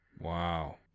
Wow